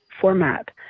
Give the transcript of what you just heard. format